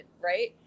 right